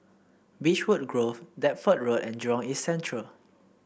Beechwood Grove Deptford Road and Jurong East Central